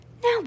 Now